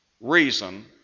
reason